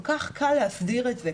כל כך קל להסדיר את זה,